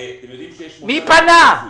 מי הנישום?